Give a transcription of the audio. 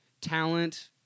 talent